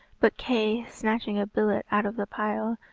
but kay, snatching a billet out of the pile,